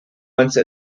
once